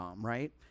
right